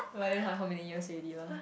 but then how how many years already lah